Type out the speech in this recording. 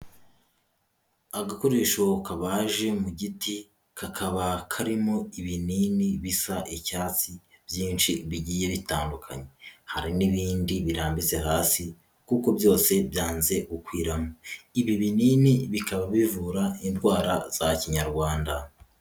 Agakoresho kabaje mu giti kakaba karimo ibinini bisa icyatsi byinshi bigiye bitandukanye, hari n'ibindi birambitse hasi, kuko byose byanze gukwira, ibi binini bikaba bivura indwara za kinyarwanda.